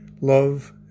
love